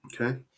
okay